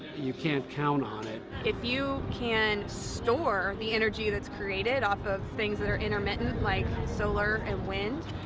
you can't count on it. if you can store the energy that's created off of things that are intermittent like solar and wind,